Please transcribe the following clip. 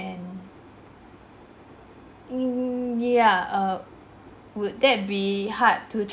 ~d mm ya err would that be hard to tr~